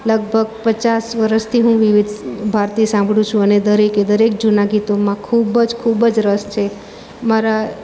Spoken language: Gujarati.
લગભગ પચાસ વરસથી હું વિવિધ ભારતી સાંભળું છું અને દરેકે દરેક જૂના ગીતોમાં ખૂબ જ ખૂબ જ રસ છે મારા